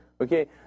Okay